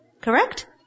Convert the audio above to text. Correct